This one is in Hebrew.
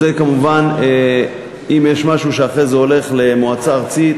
אם יש משהו שאחרי זה הולך למועצה ארצית,